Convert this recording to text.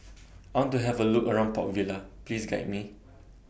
I want to Have A Look around Port Vila Please Guide Me